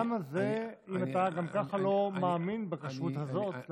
אם אתה גם ככה לא מאמין בכשרות הזאת,